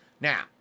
Now